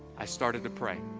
i started to pray